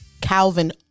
Calvin